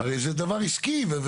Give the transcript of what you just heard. הרי זה דבר עסקי.